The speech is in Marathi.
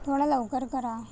थोडं लवकर करा